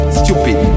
stupid